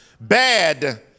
Bad